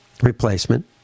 replacement